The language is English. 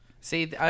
See